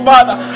Father